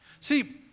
See